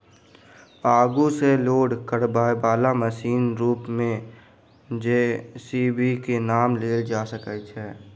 आगू सॅ लोड करयबाला मशीनक रूप मे जे.सी.बी के नाम लेल जा सकैत अछि